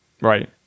Right